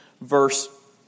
verse